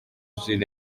jules